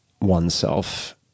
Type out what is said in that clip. oneself